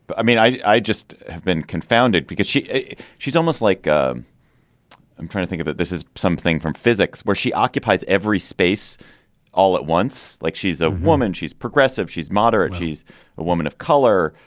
but i mean, i just have been confounded because she she's almost like ah i'm trying to think of it. this is something from physics where she occupies every space all at once. like she's a woman, she's progressive, she's moderate, she's a woman of color.